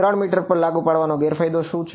3 metre પર લાગુ પાડવાનો ગેરફાયદો શું છે